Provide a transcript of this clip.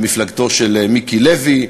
על מפלגתו של מיקי לוי,